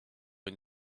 une